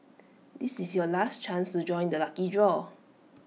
this is your last chance to join the lucky draw